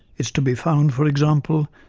is to be found, for example,